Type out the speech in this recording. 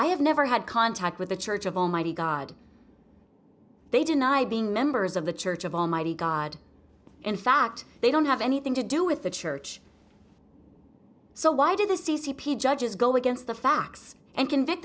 i have never had contact with the church of almighty god they denied being members of the church of almighty god in fact they don't have anything to do with the church so why did the c c p judges go against the facts and convict